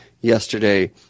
yesterday